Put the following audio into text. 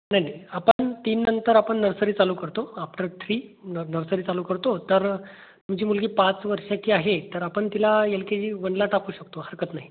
नाही नाही आपण तीन नंतर आपण नर्सरी चालू करतो आफ्टर थ्री न नर्सरी चालू करतो तर तुमची मुलगी पाच वर्षाची आहे तर आपण तिला एल के जी वनला टाकू शकतो हरकत नाही